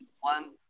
one